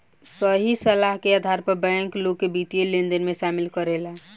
सही सलाह के आधार पर बैंक, लोग के वित्तीय लेनदेन में शामिल करेला